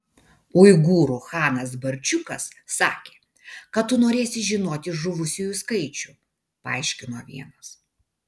uigūrų chanas barčiukas sakė kad tu norėsi žinoti žuvusiųjų skaičių paaiškino vienas